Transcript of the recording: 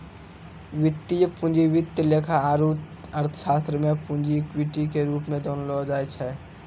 वित्तीय पूंजी वित्त लेखा आरू अर्थशास्त्र मे पूंजी इक्विटी के रूप मे जानलो जाय छै